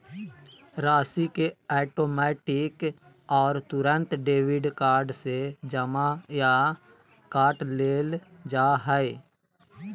राशि के ऑटोमैटिक और तुरंत डेबिट कार्ड से जमा या काट लेल जा हइ